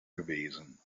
gewesen